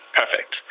perfect